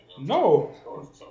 No